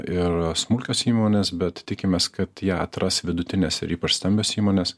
ir smulkios įmonės bet tikimės kad ją atras vidutinės ir ypač stambios įmonės